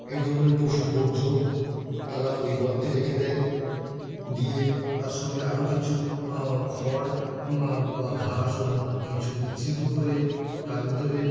এই ধরনের পশুর বর্জ্য তারা ওই গর্তে রেখে দেয় দিয়ে তার সঙ্গে আরও কিছু খড় বা ঘাস অন্য অন্য কিছু মিশ্রিত করে তার ভিতরে